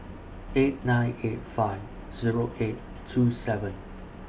eight nine eight five Zero eight two seven